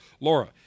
Laura